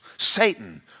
Satan